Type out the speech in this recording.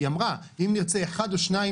היא אמרה שאם נרצה אחד או שניים,